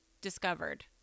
discovered